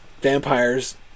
vampires